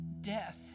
death